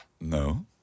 No